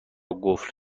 قفل